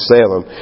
Salem